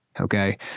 okay